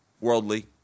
worldly